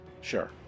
sure